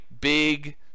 big